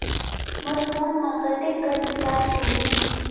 मोर phone मा कतेक कर रिचार्ज हो ही?